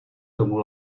tomu